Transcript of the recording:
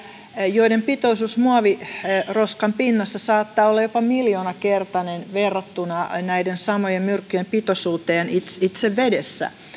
joiden pitoisuus muoviroskan pinnassa saattaa olla jopa miljoonakertainen verrattuna näiden samojen myrkkyjen pitoisuuteen itse itse vedessä